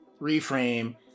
reframe